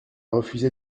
refusé